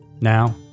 Now